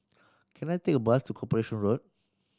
can I take a bus to Corporation Road